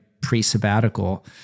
pre-sabbatical